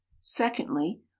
Secondly